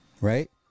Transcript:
Right